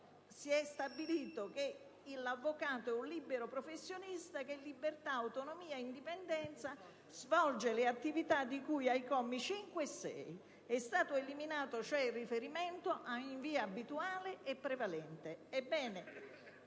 si è stabilito che l'avvocato è un libero professionista che, in libertà, autonomia e indipendenza svolge le attività di cui ai commi 5 e 6. È stato cioè eliminato il riferimento alle parole «in via abituale e prevalente».